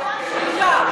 ארבעתאש לִגַ'אן.